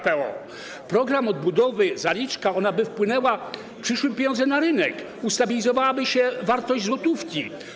Program odbudowy - zaliczka by wpłynęła, przyszłyby pieniądze na rynek, ustabilizowałaby się wartość złotówki.